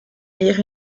lire